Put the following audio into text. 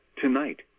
tonight